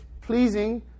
pleasing